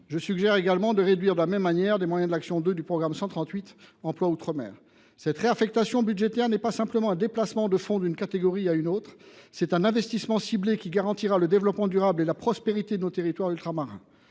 Je suggère également de réduire dans les mêmes proportions les moyens de l’action n° 02 du programme 138 « Emploi outre mer ». Cette réaffectation budgétaire n’est pas simplement un déplacement de fonds d’une catégorie à une autre, elle est un investissement ciblé qui garantira le développement durable et la prospérité de nos territoires ultramarins.